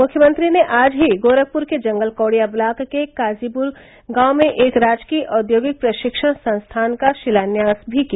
मुख्यमंत्री ने आज ही गोरखपुर के जंगल कौड़िया ब्लाक के काजीपुर गांव में एक राजकीय औद्योगिक प्रशिक्षण संस्थान का शिलान्यास भी किया